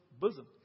bosom